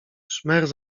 szmer